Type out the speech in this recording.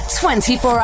24